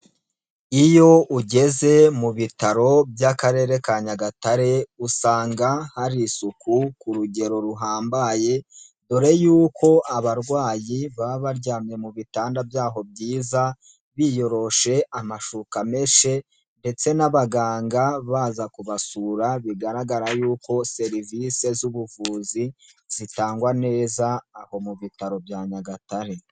Iyo ugeze mu bitaro by'akarere ka Nyagatare, usanga hari isuku ku rugero ruhambaye, dore yuko abarwayi baba baryamye mu bitanda byaho byiza, biyoroshe amashuka amenshe ndetse n'abaganga baza kubasura, bigaragara yuko serivisi z'ubuvuzi zitangwa neza aho mu bitaro bya Nyagatare.